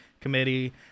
Committee